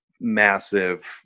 massive